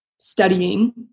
studying